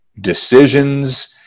decisions